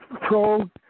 pro